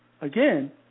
again